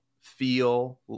feel